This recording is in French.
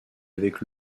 avec